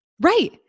Right